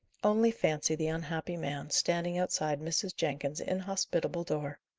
only fancy the unhappy man, standing outside mrs. jenkins's inhospitable door!